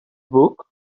book